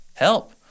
help